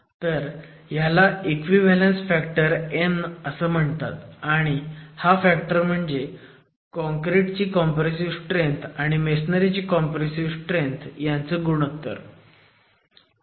तर ह्याला equivalence factor n म्हणतात आणि हा फॅक्टर म्हणजे काँक्रिट ची कॉम्प्रेसिव्ह स्ट्रेंथ आणि मेसोनारी ची कॉम्प्रेसिव्ह स्ट्रेंथ यांचं गुणोत्तर आहे